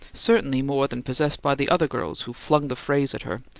certainly more than possessed by the other girls who flung the phrase at her,